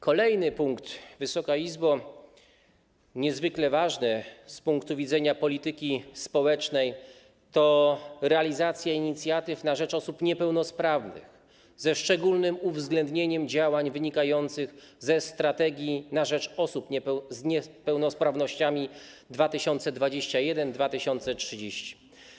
Kolejny punkt, Wysoka Izbo, niezwykle ważny z punktu widzenia polityki społecznej, to realizacja inicjatyw na rzecz osób niepełnosprawnych, ze szczególnym uwzględnieniem działań wynikających ze „Strategii na rzecz osób z niepełnosprawnościami 2021-2030”